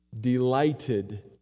delighted